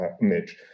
Mitch